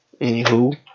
Anywho